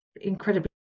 incredibly